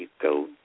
go